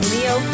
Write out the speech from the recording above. Leo